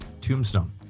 Tombstone